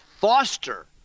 foster